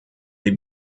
die